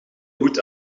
hoed